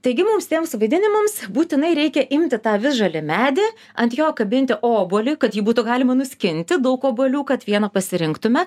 taigi mums tiems vaidinimams būtinai reikia imti tą visžalį medį ant jo kabinti obuolį kad jį būtų galima nuskinti daug obuolių kad vieno pasirinktume